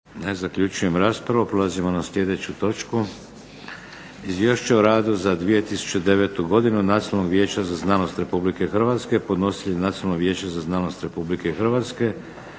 Vladimir (HDZ)** Prelazimo na sljedeću točku - Izvješće o radu za 2009. godinu Nacionalnog vijeća za znanost Republike Hrvatske Podnositelj Nacionalno vijeće za znanost Republike Hrvatske